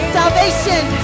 salvation